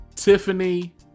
Tiffany